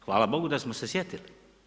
Hvala bogu dasmo se sjetili.